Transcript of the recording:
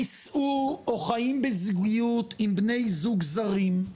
נישאו או חיים בזוגיות עם בני זוג זרים,